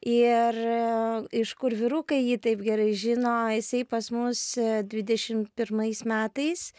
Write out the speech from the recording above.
ir iš kur vyrukai jį taip gerai žino jisai pas mus dvidešim pirmais metais